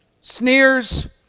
sneers